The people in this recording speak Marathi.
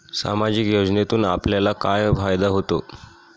सामाजिक योजनेतून आपल्याला काय फायदा होतो?